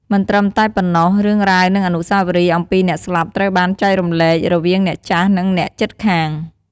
មិនត្រឹមតែប៉ុណ្ណោះ រឿងរ៉ាវនិងអនុស្សាវរីយ៍អំពីអ្នកស្លាប់ត្រូវបានចែករំលែករវាងអ្នកចាស់និងអ្នកជិតខាង។